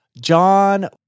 John